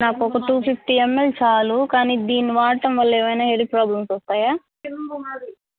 నాకు ఒక two fifty ML చాలు కానీ దీన్ని వాడటం వల్ల ఏవైనా హెడ్ ప్రాబ్లమ్స్ వస్తాయా